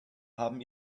haben